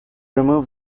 removed